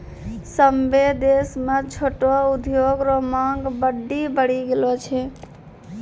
सभ्भे देश म छोटो उद्योग रो मांग बड्डी बढ़ी गेलो छै